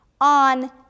on